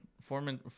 Foreman